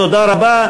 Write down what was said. תודה רבה.